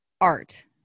Art